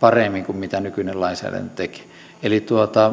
paremmin kuin mitä nykyinen lainsäädäntö tekee eli